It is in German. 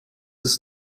ist